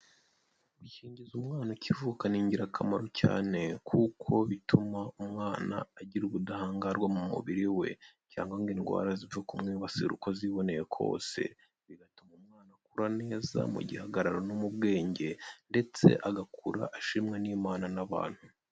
Gukingiza umwana akivuka ni ingirakamaro cyane kuko bituma umwana agira ubudahangarwa mu mubiri we cyangwa ngo indwara zipfe kumwibasira uko ziboneye kose bigatuma umwana akura neza mu gihagararo no mu bwenge ndetse agakura ashimwa n’Imana n'abantu.